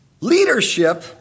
leadership